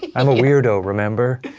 yeah i'm a weirdo, remember?